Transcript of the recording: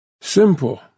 Simple